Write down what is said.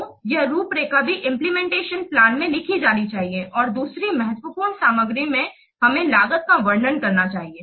तो यह रूपरेखा भी इंप्लीमेंटेशन प्लान में लिखा जाना चाहिए और दूसरी महत्वपूर्ण सामग्री मे हमें लागत का वर्णन करना चाहिए